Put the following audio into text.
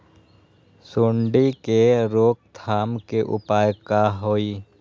सूंडी के रोक थाम के उपाय का होई?